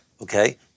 okay